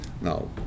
Now